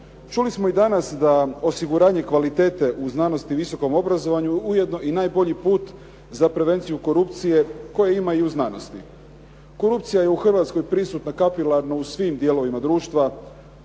Čuli smo i danas da osiguranje kvalitete u znanost i visokom obrazovanju ujedno i najbolji put za prevenciju korupcije koje imaju i u znanosti. Korupcija je u Hrvatskoj prisutna kapilarno u svim dijelovima društva,